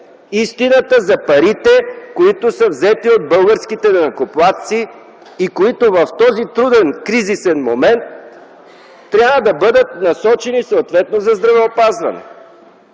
истината за парите, които са взети от българските данъкоплатци и които в този труден, кризисен момент трябва да бъдат насочени съответно за здравеопазване.